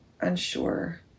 unsure